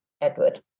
Edward